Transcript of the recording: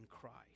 Christ